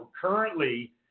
currently